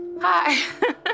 Hi